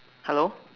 hello